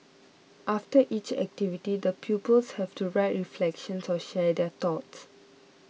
after each activity the pupils have to write reflections or share their thoughts